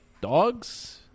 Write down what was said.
dogs